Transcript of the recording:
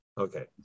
Okay